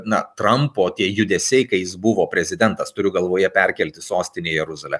na trampo tie judesiai kai jis buvo prezidentas turiu galvoje perkelti sostinę į jeruzalę